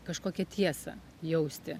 kažkokią tiesą jausti